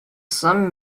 zusammen